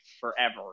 forever